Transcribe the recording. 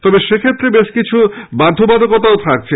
তবে সেক্ষেত্রে বেশ কিছু বাধ্যবাধকতা থাকছে